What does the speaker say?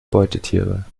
beutetiere